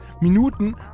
Minuten